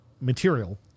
material